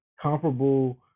comparable